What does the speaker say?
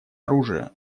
оружия